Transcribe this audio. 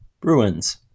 Bruins